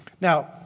Now